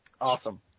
Awesome